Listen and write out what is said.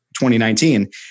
2019